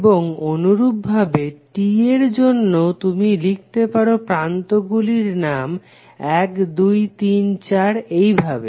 এবং অনুরূপভাবে T এর জন্যও তুমি লিখতে পারো প্রান্তগুলির নাম 1 2 3 4 এইভাবে